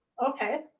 okay.